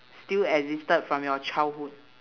still existed from your childhood